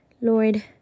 Lord